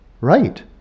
right